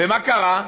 ומה קרה?